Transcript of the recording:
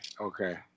okay